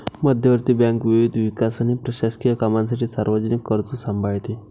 मध्यवर्ती बँक विविध विकास आणि प्रशासकीय कामांसाठी सार्वजनिक कर्ज सांभाळते